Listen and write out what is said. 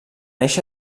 eixa